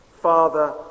Father